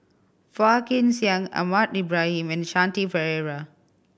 Phua Kin Siang Ahmad Ibrahim and Shanti Pereira